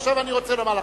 עכשיו, אני רוצה לומר לכם: